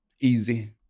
easy